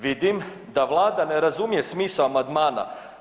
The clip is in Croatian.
Vidim da Vlada ne razumije smisao amandmana.